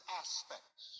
aspects